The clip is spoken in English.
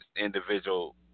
individual